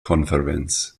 conference